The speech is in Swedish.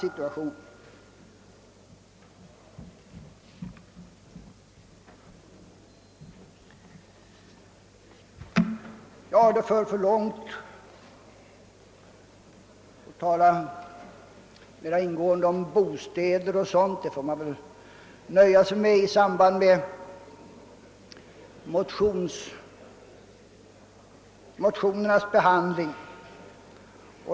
Det skulle föra för långt att nu tala mera ingående om bostäder och dylikt; dessa frågor får väl tas upp motionsledes.